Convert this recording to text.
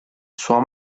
sua